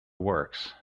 works